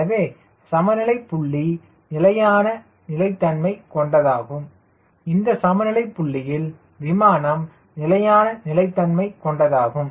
எனவே சமநிலை புள்ளி நிலையான நிலைத்தன்மை கொண்டதாகும் இந்த சமநிலை புள்ளியில் விமானம் நிலையான நிலைத் தன்மை கொண்டதாகும்